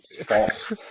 False